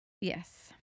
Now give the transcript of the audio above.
Yes